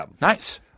Nice